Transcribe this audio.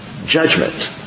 Judgment